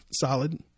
solid